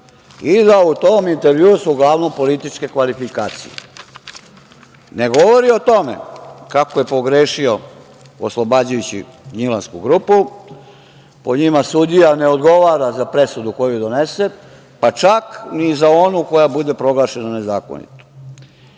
i da su u tom intervjuu uglavnom političke kvalifikacije? Ne govori o tome kako je pogrešio oslobađajući „Gnjilansku grupu“, po njima sudija ne odgovara za presudu koju donese, pa čak ni za onu koja bude proglašena nezakonitom. Vi